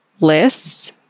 lists